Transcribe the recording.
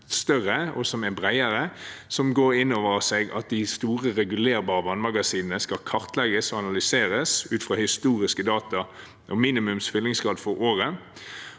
som er større og bredere, som tar inn over seg at de store, regulerbare vannmagasinene skal kartlegges og analyseres ut fra historiske data og minimums fyllingsgrad for året.